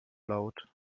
laut